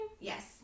Yes